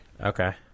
Okay